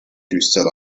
düstere